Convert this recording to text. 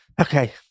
Okay